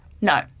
no